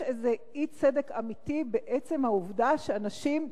יש איזה אי-צדק אמיתי בעצם העובדה שאנשים,